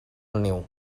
niu